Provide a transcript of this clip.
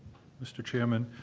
mr. chairman.